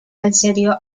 accedió